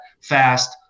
fast